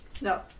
No